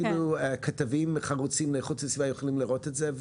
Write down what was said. אפילו כתבים חרוצים לאיכות הסביבה יכולה לראות את זה?